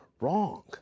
wrong